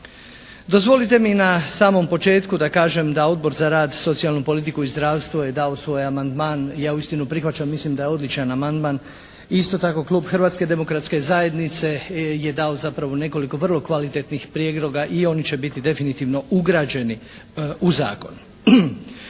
Dozvolite mi na samom početku da kažem da Odbor za rad, socijalnu politiku i zdravstvo je dao svoj amandman. Ja uistinu prihvaćam, mislim da je odličan amandman. Isto tako klub Hrvatske demokratske zajednice je dao zapravo nekoliko vrlo kvalitetnih prijedloga i oni će biti definitivno ugrađeni u zakon.